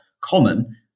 common